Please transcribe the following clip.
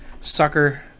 sucker